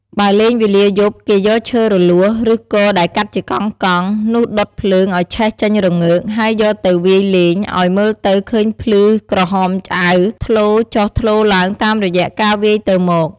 បើលេងវេលាយប់ គេយកឈើរលួស ឬគរដែលកាត់ជាកង់ៗ នោះដុតភ្លើងឲ្យឆេះចេញរងើក ហើយយកទៅវាយលង ឲ្យមើលទៅឃើញភ្លឺក្រហមឆ្អៅ ធ្លោចុះធ្លោឡើងតាមរយៈការវាយទៅមក។